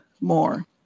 more